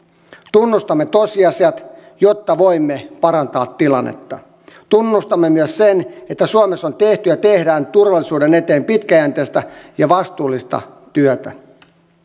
tunnustamme tosiasiat jotta voimme parantaa tilannetta tunnustamme myös sen että suomessa on tehty ja tehdään turvallisuuden eteen pitkäjänteistä ja vastuullista työtä